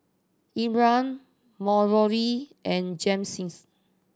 Ephram Mallorie and